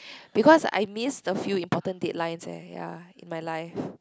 because I missed a few important deadlines eh ya in my life